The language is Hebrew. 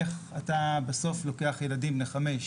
איך אתה לוקח ילדים בני חמש,